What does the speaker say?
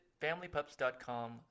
familypups.com